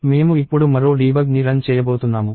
మేము ఇప్పుడు మరో డీబగ్ని రన్ చేయబోతున్నాము